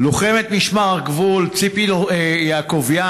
לוחמת משמר הגבול ציפי יעקוביאן,